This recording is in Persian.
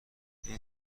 این